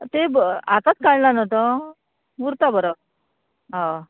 ते आतांच काडला न्हू तो उरता बरो हय